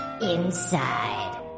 inside